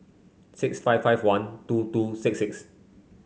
six five five one two two six six